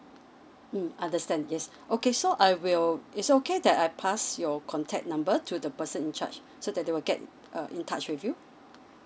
mm understand yes okay so I will is it okay that I pass your contact number to the person in charge so that they will get err in touch with you